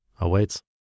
awaits